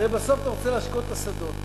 הרי בסוף אתה רוצה להשקות את השדות.